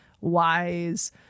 wise